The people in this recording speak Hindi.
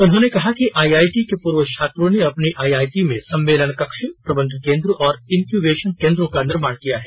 उन्होंने कहा कि आईआईटी के पूर्व छात्रों ने अपनी आईआईटी में सम्मेलन कक्ष प्रबंध केन्द्र और इनक्यूबेशन केन्द्रों का निर्माण किया है